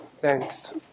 Thanks